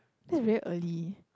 that's very early